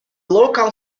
local